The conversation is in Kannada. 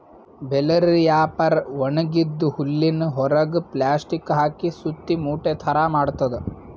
ಬೆಲ್ ರ್ಯಾಪರ್ ಒಣಗಿದ್ದ್ ಹುಲ್ಲಿನ್ ಹೊರೆಗ್ ಪ್ಲಾಸ್ಟಿಕ್ ಹಾಕಿ ಸುತ್ತಿ ಮೂಟೆ ಥರಾ ಮಾಡ್ತದ್